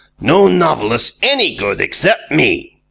no novelists any good except me.